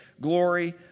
glory